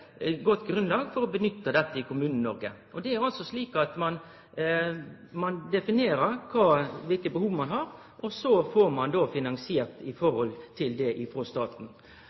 godt grunnlag for å bruke dette i Kommune-Noreg. Det er altså slik at ein definerer kva for behov ein har, og så får ein finansiert det frå staten. Då må det